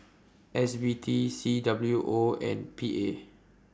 S B T C W O and P A